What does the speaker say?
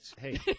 Hey